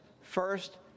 first